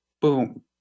Boom